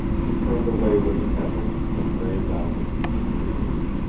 he turned away with an effort and ran down the beach to the canoe.